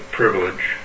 privilege